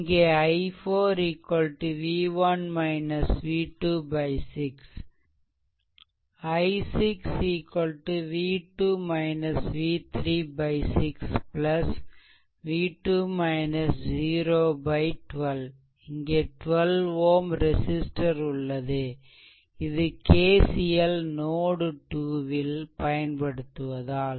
இங்கே i4 v1 v2 6 i6 v2 v3 6 v2 0 12 இங்கே 12 Ω ரெசிஸ்ட்டர்உள்ளது இது KCL நோட்2 ல் பயன்படுத்துவதால்